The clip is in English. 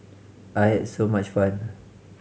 I had so much fun